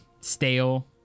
stale